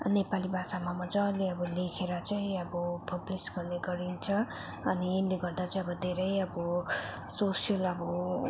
नेपाली भाषामा मजाले अब लेखेर चाहिँ अब पब्लिस गर्ने गरिन्छ अनि यसले गर्दा चाहिँ अब धेरै अब सोसियल अब